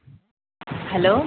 hello